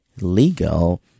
legal